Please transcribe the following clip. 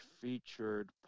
featured